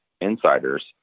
insiders